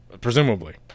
Presumably